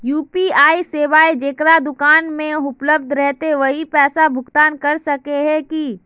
UPI सेवाएं जेकरा दुकान में उपलब्ध रहते वही पैसा भुगतान कर सके है की?